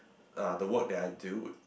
uh the work that I do